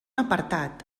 apartat